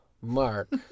Mark